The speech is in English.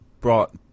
brought